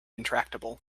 intractable